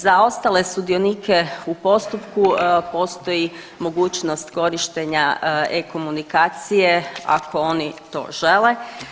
Za ostale sudionike u postupku postoji mogućost korištenja e-komunikacije ako oni to žele.